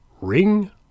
ring